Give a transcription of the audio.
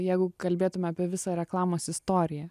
jeigu kalbėtume apie visą reklamos istoriją